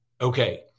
okay